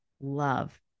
love